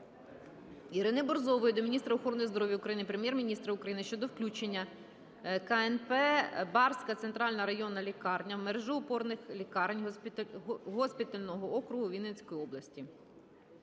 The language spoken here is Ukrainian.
Ірини Борзової до міністра охорони здоров'я України, Прем'єр-міністра України щодо включення КНП "Барська центральна районна лікарня" в мережу опорних лікарень госпітального округу Вінницької області.